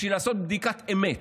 בשביל לעשות בדיקת אמת,